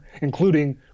including